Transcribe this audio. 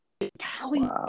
Italian